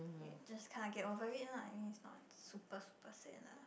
you just kind of get over it lah I mean is not super super sad lah